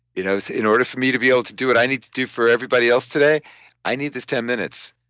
you know so in order for me to be able to do what i need to do for everybody else today i need this ten minutes.